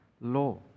law